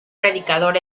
predicador